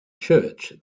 church